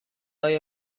های